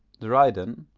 dryden,